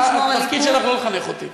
התפקיד שלך לא לחנך אותי.